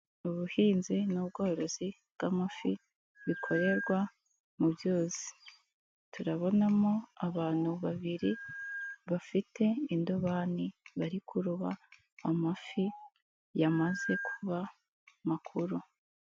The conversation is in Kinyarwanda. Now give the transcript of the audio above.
Ubuhinzi n'ubworozi bw'amafi bikorerwa mu byuzi, turabonamo abantu babiri bafite indobani bari kuroba amafi yamaze kuba makuru.